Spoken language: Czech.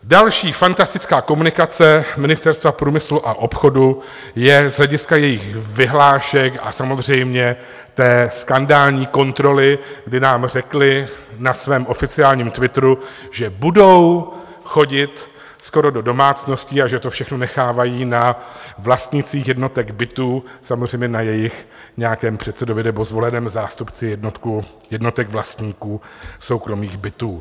Další fantastická komunikace Ministerstva průmyslu a obchodu je z hlediska jejich vyhlášek a samozřejmě té skandální kontroly, kdy nám řekli na svém oficiálním twitteru, že budou chodit skoro do domácností a že to všechno nechávají na vlastnících jednotek bytů, samozřejmě na jejich nějakém předsedovi nebo zvoleném zástupci jednotek vlastníků soukromých bytů.